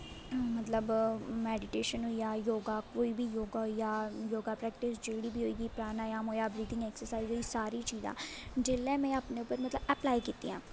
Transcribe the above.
मतलब मैडिटेशन होई गेआ कोई बी योग होई गेआ योग प्रैक्टिस जेह्ड़ी बी होई प्रानयाम होई गेआ बरीथिंग एक्सरसाइज होई सारा किश जिसलै में मतलब अपने आप उप्पर अपलाई कीतियां